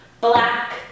black